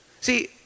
See